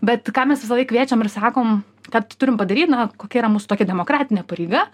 bet ką mes visąlaik kviečiam ir sakom kad turim padaryt na va kokia yra mūsų tokia demokratinė pareiga